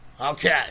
Okay